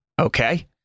Okay